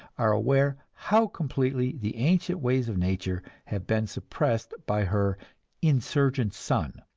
are aware how completely the ancient ways of nature have been suppressed by her insurgent son.